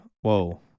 Whoa